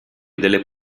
delle